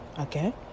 okay